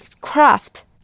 craft